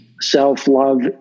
Self-love